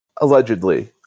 Allegedly